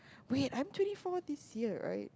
wait I'm twenty four this year right